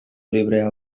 librea